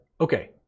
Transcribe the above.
okay